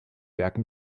werken